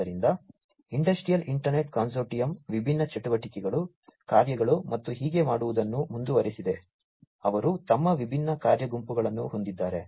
ಆದ್ದರಿಂದ industrial internet consortium ವಿಭಿನ್ನ ಚಟುವಟಿಕೆಗಳು ಕಾರ್ಯಗಳು ಮತ್ತು ಹೀಗೆ ಮಾಡುವುದನ್ನು ಮುಂದುವರೆಸಿದೆ ಅವರು ತಮ್ಮ ವಿಭಿನ್ನ ಕಾರ್ಯ ಗುಂಪುಗಳನ್ನು ಹೊಂದಿದ್ದಾರೆ